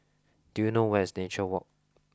do you know where is Nature Walk